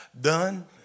done